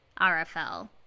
RFL